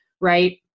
right